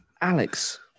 Alex